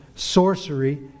Sorcery